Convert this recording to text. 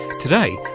today,